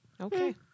Okay